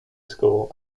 school